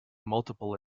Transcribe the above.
multiple